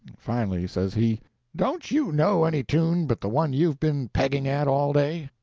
finally, says he don't you know any tune but the one you've been pegging at all day?